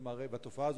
ושיעורה,